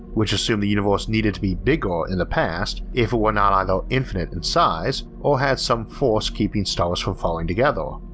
which assumed the universe needed to be bigger in the past if it were not either infinite in size or had some force keeping stars from falling together.